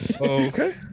Okay